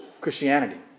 Christianity